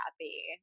happy